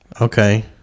Okay